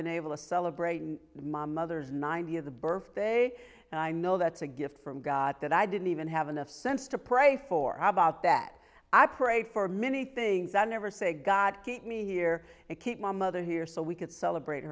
been able to celebrate my mother's ninety of the birthday and i know that's a gift from god that i didn't even have enough sense to pray for about that i prayed for many things i never say god keep me here and keep my mother here so we could celebrate